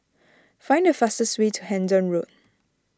find the fastest way to Hendon Road